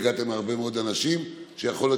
והגעתם להרבה מאוד אנשים שיכול להיות